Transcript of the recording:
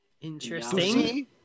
Interesting